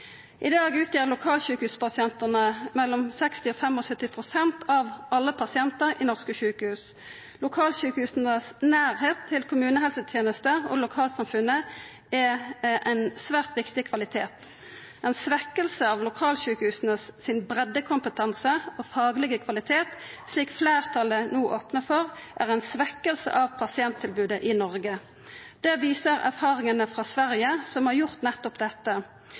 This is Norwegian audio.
I dag utgjer lokalsjukehuspasientane mellom 60 og 75 pst. av alle pasientar i norske sjukehus. Å ha lokalsjukehusa i nærleiken av kommunehelsetenesta og lokalsamfunnet er ein svært viktig kvalitet. Ei svekking av breiddekompetansen og den faglege kvaliteten til lokalsjukehusa, slik fleirtalet no opnar for, er ei svekking av pasienttilbodet i Noreg. Det viser erfaringane frå Sverige, som har gjort nettopp dette.